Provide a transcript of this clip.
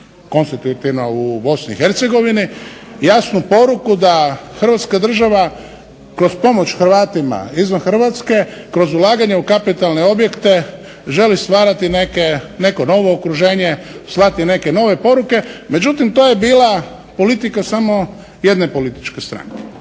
Bosni i Hercegovini, jasnu poruku da Hrvatska država kroz pomoć Hrvatima izvan Hrvatske kroz ulaganja u kapitalne objekte želi stvarati neko novo okruženje, slati neke nove poruke. Međutim, to je bila politika samo jedne političke stranke.